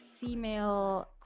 female